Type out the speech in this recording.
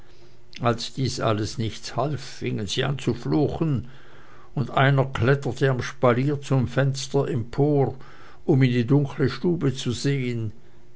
als dies alles nichts half fingen sie an zu fluchen und einer kletterte am spalier zum fenster empor um in die dunkle stube zu sehen